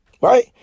right